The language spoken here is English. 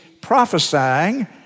prophesying